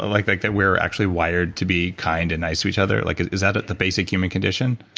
ah like like that we're actually wired to be kind and nice to each other? like is is that the basic human condition?